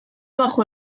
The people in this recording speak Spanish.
bajo